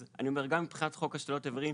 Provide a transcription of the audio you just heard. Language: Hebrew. אז אני אומר: גם מבחינת חוק השתלות איברים,